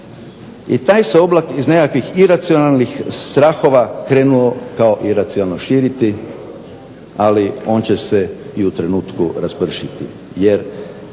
i taj se oblak iz nekakvih iracionalnih strahova krenuo kao iracionalno širiti, ali on će se i u trenutku raspršiti.